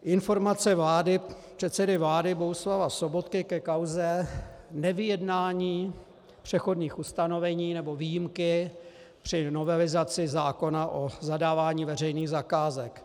Informace předsedy vlády Bohuslava Sobotky ke kauze nevyjednání přechodných ustanovení, nebo výjimky při novelizaci zákona o zadávání veřejných zakázek.